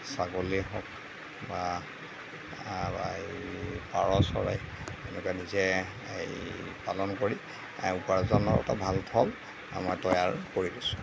ছাগলী হওক বা এই পাৰ চৰাই এনেকুৱা নিজে হেৰি পালন কৰি উপাৰ্জনৰ এটা ভাল থল আমাৰ তৈয়াৰ কৰি লৈছোঁ